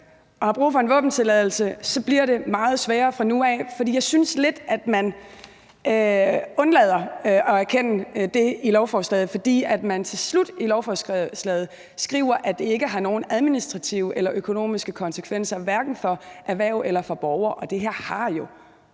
og har brug for en våbentilladelse, bliver det meget sværere fra nu af. For jeg synes lidt, at man undlader at erkende det i lovforslaget, fordi man til slut i lovforslaget skriver, at det ikke har nogen administrative eller økonomiske konsekvenser, hverken for erhverv eller for borgere, og det her har jo